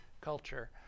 culture